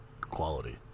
quality